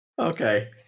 okay